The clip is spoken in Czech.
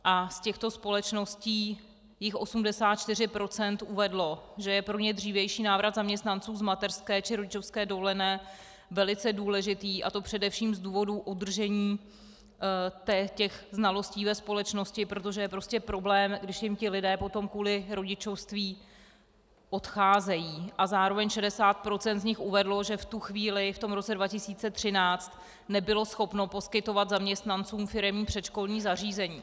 Z těchto společností jich 84 % uvedlo, že je pro ně dřívější návrat zaměstnanců z mateřské či rodičovské dovolené velice důležitý, a to především z důvodu udržení znalostí ve společnosti, protože je prostě problém, když jim lidé potom kvůli rodičovství odcházejí, a zároveň 60 % z nich uvedlo, že v tu chvíli, v tom roce 2013, nebylo schopno poskytovat zaměstnancům firemní předškolní zařízení.